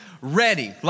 ready